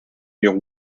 murs